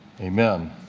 Amen